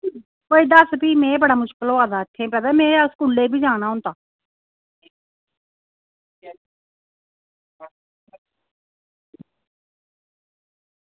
कोई दस्स फ्ही में बड़ा मुश्कल होआ दा इत्थें ते पता में स्कूलै ई बी जाना होंदा